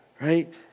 Right